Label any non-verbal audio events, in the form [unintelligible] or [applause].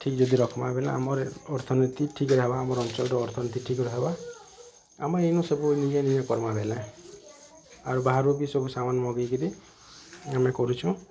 ଠିକ ଯଦି ରଖମା ବେଲେ ଆମର ଅର୍ଥନୀତି ଠିକ୍ରେ ହେବା ଆମର ଅଂଚଳର ଅର୍ଥନୀତି ଠିକ୍ରେ ହେବା ଆମର ଏନୁ ସବୁ [unintelligible] କର୍ମା ବେଲେ ଆରୁ ବାହାରୁ ବି ସବୁ ସାମାନ ମଗେଇ କିରି ଆମେ କରୁଛୁ